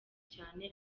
cyane